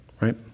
right